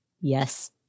Yes